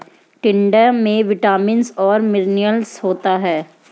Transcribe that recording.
टिंडा में विटामिन्स और मिनरल्स होता है